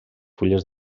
fulles